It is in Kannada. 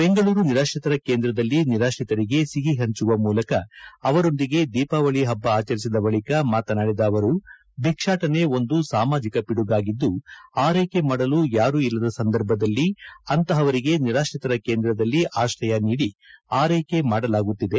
ಬೆಂಗಳೂರು ನಿರಾತ್ರಿತರ ಕೇಂದ್ರದಲ್ಲಿ ನಿರಾತ್ರಿತರಿಗೆ ಸಿಹಿ ಪಂಚುವ ಮೂಲಕ ಅವರೊಂದಿಗೆ ದೀಪಾವಳಿ ಹಬ್ಬ ಆಚರಿಸಿದ ಬಳಿಕ ಮಾತನಾಡಿದ ಅವರು ಭಿಕ್ಷಾಟನೆ ಒಂದು ಸಾಮಾಜಿಕ ಪಿಡುಗಾಗಿದ್ದು ಆರೈಕೆ ಮಾಡಲು ಯಾರೂ ಇಲ್ಲದ ಸಂದರ್ಭದಲ್ಲಿ ಅಂತಹವರಿಗೆ ನಿರಾತ್ರಿತರ ಕೇಂದ್ರದಲ್ಲಿ ಆಶ್ರಯ ನೀಡಿ ಆರೈಕೆ ಮಾಡಲಾಗುತ್ತಿದೆ